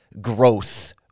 growth